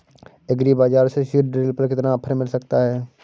Agree बाजार से seed drill पर कितना ऑफर मिल सकता है?